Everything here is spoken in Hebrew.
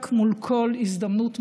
כמו שפנינה אמרה כבר,